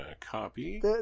Copy